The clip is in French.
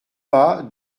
pas